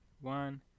one